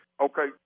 Okay